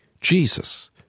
Jesus